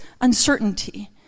uncertainty